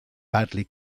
badly